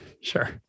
sure